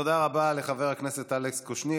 תודה רבה לחבר הכנסת אלכס קושניר.